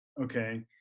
okay